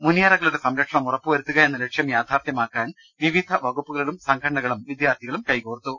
മുനിയറകളുടെ സംരക്ഷണം ഉറപ്പുവരുത്തു കയെന്ന ലക്ഷ്യം യാഥാർത്ഥ്യമാക്കാൻ വിവിധ വകുപ്പു കളും സംഘടനകളും വിദ്യാർത്ഥികളും കൈകോർത്തു